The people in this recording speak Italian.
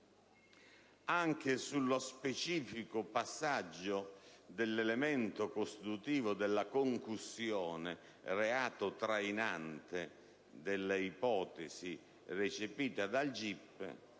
Anche sullo specifico passaggio dell'elemento costitutivo della concussione, reato trainante delle ipotesi recepite dal GIP,